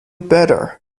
better